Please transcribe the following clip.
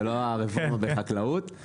זה לא הרפורמה בחקלאות,